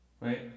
Right